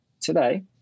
today